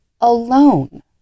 alone